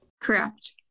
Correct